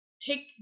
Take